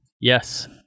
Yes